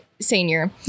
senior